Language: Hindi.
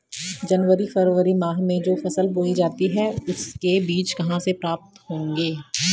जनवरी फरवरी माह में जो फसल बोई जाती है उसके बीज कहाँ से प्राप्त होंगे?